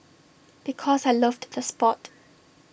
because I loved the Sport